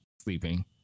sleeping